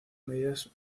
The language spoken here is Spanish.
medidas